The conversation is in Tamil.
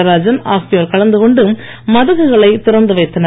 நடராஜன் ஆகியோர் கலந்து கொண்டு மதகுகளை திறந்து வைத்தனர்